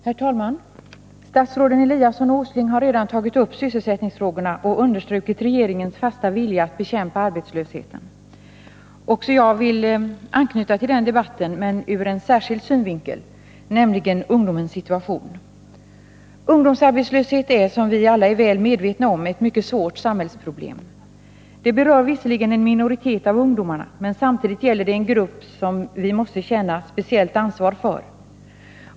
Herr talman! Statsråden Eliasson och Åsling har redan tagit upp sysselsättningsfrågorna och understrukit regeringens fasta vilja att bekämpa arbetslösheten. Också jag vill anknyta till den debatten men ur en särskild synvinkel, nämligen ungdomens situation. Ungdomsarbetslöshet är, som vi alla är väl medvetna om, ett mycket svårt samhällsproblem. Det berör visserligen en minoritet av ungdomarna, men samtidigt gäller det en grupp människor som vi måste känna speciellt ansvar för.